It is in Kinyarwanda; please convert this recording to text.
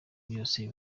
byose